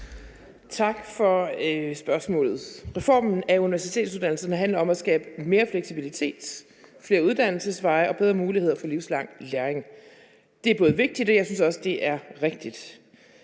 Tak for spørgsmålet. Reformen af universitetsuddannelserne handler om at skabe mere fleksibilitet, flere uddannelsesveje og bedre muligheder for livslang læring. Det er både vigtigt og også, synes jeg, rigtigt.